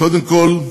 קודם כול,